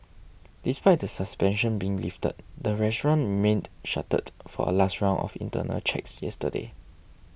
despite the suspension being lifted the restaurant remained shuttered for a last round of internal checks yesterday